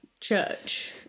church